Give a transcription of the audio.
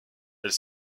elle